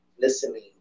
listening